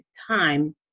time